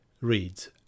reads